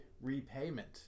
repayment